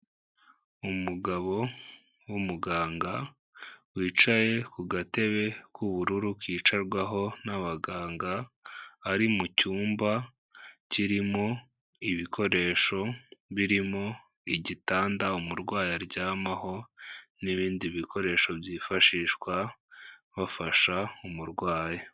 umugabo w'umuganga, wicaye ku gatebe k'ubururu kicarwaho n'abaganga, ari mu cyumba kirimo ibikoresho birimo igitanda umurwayi aryamaho, n'ibindi bikoresho byifashishwa bafasha umurwayi.